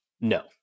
No